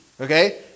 Okay